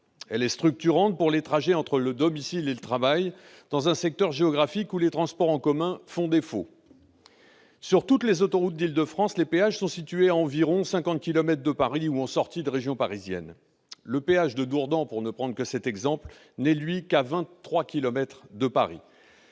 elle est structurante pour les trajets entre le domicile et le travail, dans un secteur géographique où les transports en commun font défaut. Sur toutes les autoroutes d'Île-de-France, les péages sont situés à environ 50 kilomètres de Paris ou en sortie de la région parisienne. Le péage de Dourdan, pour ne prendre que cet exemple, n'est, lui, qu'à 23 kilomètres de Paris.